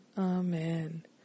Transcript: Amen